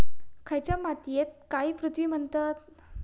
खयच्या मातीयेक काळी पृथ्वी म्हणतत?